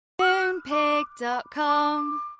Moonpig.com